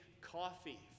coffee